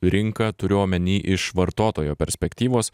rinka turiu omeny iš vartotojo perspektyvos